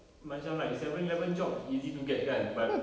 macam like seven eleven jobs is easy to get kan but